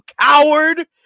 coward